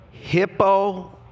Hippo